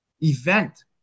event